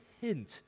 hint